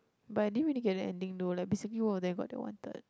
but I didn't really get the ending though like basically both of them got they wanted